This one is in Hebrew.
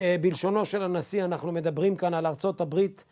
בלשונו של הנשיא אנחנו מדברים כאן על ארצות הברית.